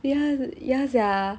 ya ya sia